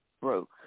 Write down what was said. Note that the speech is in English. broke